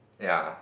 ya